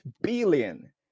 billion